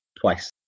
twice